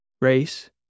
Race